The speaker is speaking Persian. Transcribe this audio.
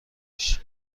پیش